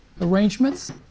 arrangements